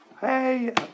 Hey